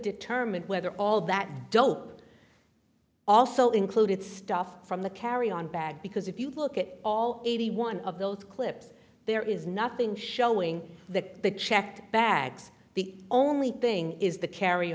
determined whether all that don't also included stuff from the carry on bag because if you look at all eighty one of those clips there is nothing showing that they checked bags the only thing is the carry